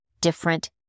different